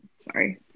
sorry